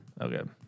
Okay